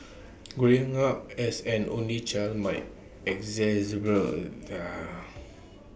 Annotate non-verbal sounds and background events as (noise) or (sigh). growing up as an only child might exacerbate (hesitation)